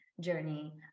journey